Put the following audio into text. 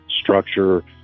structure